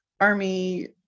Army